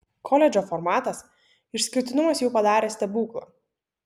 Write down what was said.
koledžo formatas išskirtinumas jau padarė stebuklą